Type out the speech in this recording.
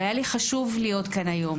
והיה לי חשוב להיות כאן היום.